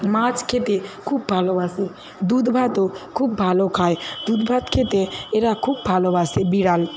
মাছ খেতে খুব ভালোবাসে দুধ ভাতও খুব ভালো খায় দুধ ভাত খেতে এরা খুব ভালোবাসে বিড়াল